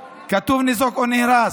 כתוב: ניזוק או נהרס.